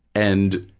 and,